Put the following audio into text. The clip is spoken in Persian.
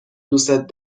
دوستت